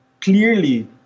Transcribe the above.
clearly